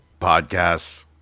Podcasts